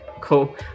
Cool